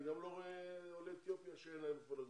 אני גם לא רואה עולי אתיופיה שאין להם איפה לגור.